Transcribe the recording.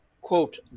quote